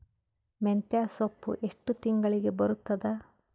ಮೆಂತ್ಯ ಸೊಪ್ಪು ಎಷ್ಟು ತಿಂಗಳಿಗೆ ಬರುತ್ತದ?